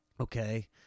okay